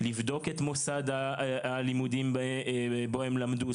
לבדוק את מוסד הלימודים בו הם למדו.